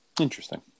Interesting